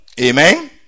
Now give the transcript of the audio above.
Amen